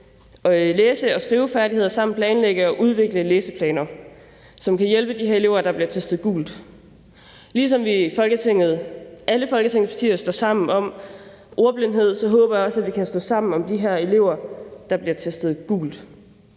læse- og skrivefærdigheder samt planlægge og udvikle læseplaner, som kan hjælpe de her elever, der bliver testet gult. Ligesom alle Folketingets partier står sammen om ordblindhed, håber jeg også, at vi kan stå sammen om de her elever, der bliver testet gult.